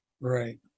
right